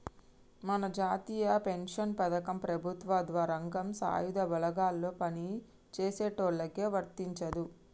మన జాతీయ పెన్షన్ పథకం ప్రభుత్వ రంగం సాయుధ బలగాల్లో పని చేసేటోళ్ళకి వర్తించదు